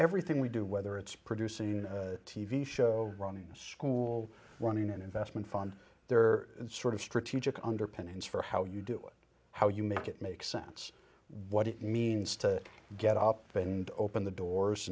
everything we do whether it's producing a t v show running a school running an investment fund there sort of strategic underpinnings for how you do it how you make it make sense what it means to get up and open the doors